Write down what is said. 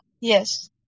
yes